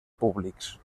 públics